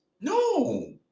No